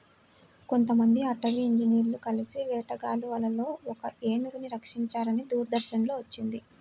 కొంతమంది అటవీ ఇంజినీర్లు కలిసి వేటగాళ్ళ వలలో ఒక ఏనుగును రక్షించారని దూరదర్శన్ లో వచ్చింది